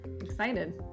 Excited